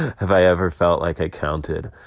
have i ever felt like i counted?